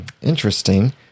interesting